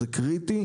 זה קריטי,